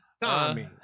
Tommy